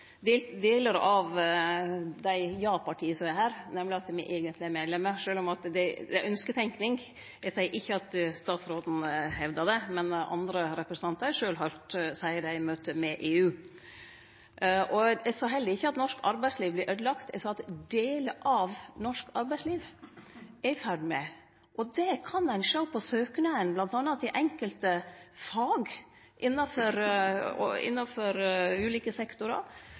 av dei ja-partia som er her, nemleg at me eigentleg er medlemer, sjølv om det er ønskjetenking. Eg seier ikkje at utanriksministeren hevdar det, men eg har sjølv høyrt andre representantar seie det i møte med EU. Eg sa heller ikkje at norsk arbeidsliv vert øydelagt. Eg sa at delar av norsk arbeidsliv er i ferd med å verte øydelagt. Det kan ein sjå på søknaden bl.a. til enkelte fag innanfor ulike sektorar, f.eks. bygningsfag, der mange rett og